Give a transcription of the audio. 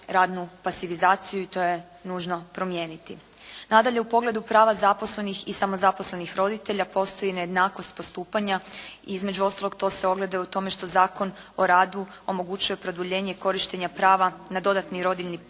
radnu pasivizaciju i to je nužno promijeniti. Nadalje, u pogledu prava zaposlenih i samozaposlenih roditelja postoji nejednakost postupanja, između ostalog to se ogleda i u tome što Zakon o radu omogućuje produljenje korištenja prava na dodatni rodiljni dopust